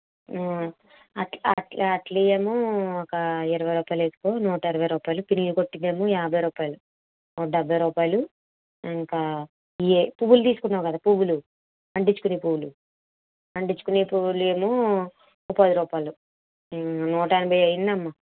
అట్ట అట్ట అట్టలేమో ఒక ఇరవై రూపాయలు వేసుకో నూట ఇరవై రూపాయలు పిన్నులు కొట్టేదేమో యాభై రూపాయలు ఒక డెబ్బై రూపాయలు ఇంకా ఇవే పువ్వులు తీసుకున్నావు కదా పువ్వులు అంటించుకునే పువ్వులు అంటించుకునే పువ్వులు ఏమో పది రూపాయలు నూట ఎనభై అయ్యిందమ్మ